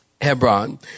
Hebron